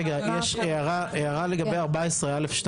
רגע, יש הערה לגבי 14(א)(2).